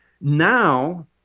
Now